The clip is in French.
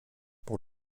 pour